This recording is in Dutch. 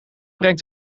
brengt